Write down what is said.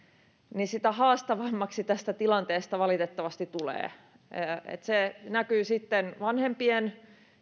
sitä haastavampi tästä tilanteesta valitettavasti tulee ja se näkyy sitten vanhempien